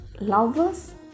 Lovers